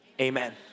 Amen